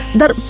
dar